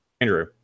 Andrew